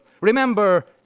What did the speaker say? remember